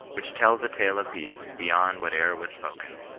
which tdls a tale of peace beyond whate'er was spoken.